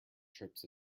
trips